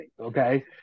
okay